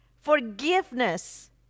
forgiveness